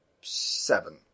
seven